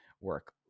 work